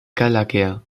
gallagher